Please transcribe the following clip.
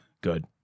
Good